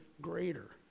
greater